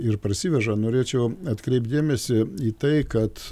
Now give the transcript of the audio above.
ir parsiveža norėčiau atkreipt dėmesį į tai kad